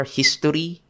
history